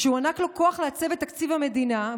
שהוענק לו כוח לעצב את תקציב המדינה,